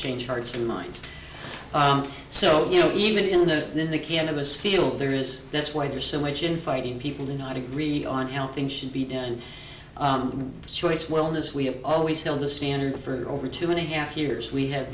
change hearts and minds so you know even in the cannabis field there is that's why there's so much infighting people do not agree on how things should be done and choice wellness we have always held the standard for over two and a half years we have